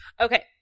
okay